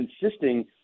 insisting